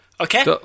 okay